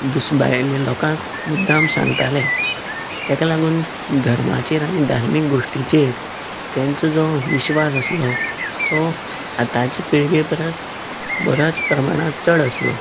दुस भायल्या लोकांक मुद्दाम सांगताले तेका लागून धर्माचेर आनी धार्मीक गोश्टींचेर तेंचो जो विश्वास आसलो तो आताचे पिळगे परस बरोच प्रमाणांत चड आसलो